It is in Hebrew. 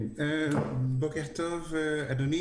בוקר טוב, אדוני,